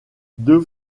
deux